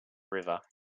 river